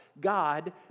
God